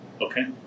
Okay